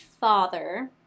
Father